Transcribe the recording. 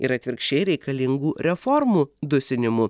ir atvirkščiai reikalingų reformų dusinimu